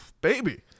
baby